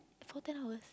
for ten hours